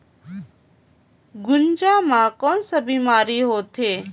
गुनजा मा कौन का बीमारी होथे?